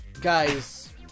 guys